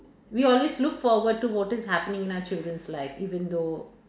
we always look forward to what is happening in our children's life even though